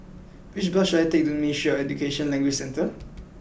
which bus should I take to Ministry of Education Language Centre